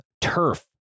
Turf